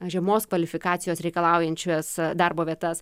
žemos kvalifikacijos reikalaujančias darbo vietas